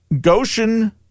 Goshen